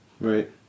Right